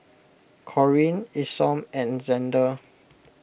Corrine Isom and Xander